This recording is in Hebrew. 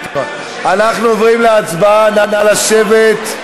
אנחנו עוברים להצבעה, נא לשבת.